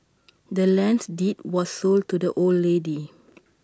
the land's deed was sold to the old lady